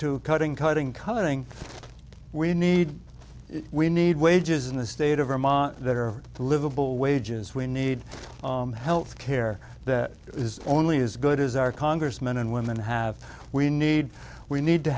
to cutting cutting cutting we need we need wages in the state of vermont that are livable wages we need health care that is only as good as our congressmen and women have we need we need to